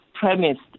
premised